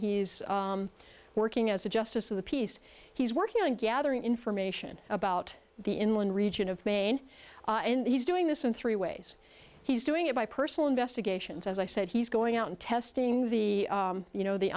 he's working as a justice of the peace he's working on gathering information about the inland region of maine and he's doing this in three ways he's doing it by personal investigations as i said he's going out and testing the you know the